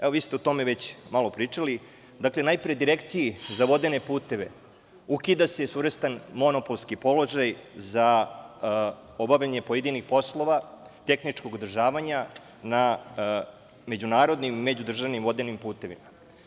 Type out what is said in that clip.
Evo, vi ste o tome već malo pričali, dakle najpre Direkciji za vodene puteve, ukida se svojevrstan monopolski položaj za obavljanje pojedinih poslova, tehničkog održavanja na međunarodnim i međudržavnim vodenim putevima.